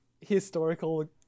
historical